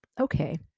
okay